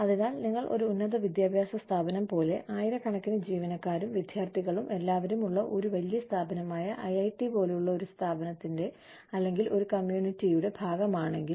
അതിനാൽ നിങ്ങൾ ഒരു ഉന്നത വിദ്യാഭ്യാസ സ്ഥാപനം പോലെ ആയിരക്കണക്കിന് ജീവനക്കാരും വിദ്യാർത്ഥികളും എല്ലാവരുമുള്ള ഒരു വലിയ സ്ഥാപനമായ ഐഐടി പോലെ ഒരു കമ്മ്യൂണിറ്റിയുടെ ഭാഗമാണെങ്കിൽ